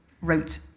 wrote